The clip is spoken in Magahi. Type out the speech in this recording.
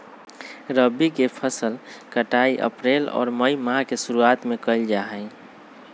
रबी के फसल के कटाई अप्रैल और मई माह के शुरुआत में कइल जा हई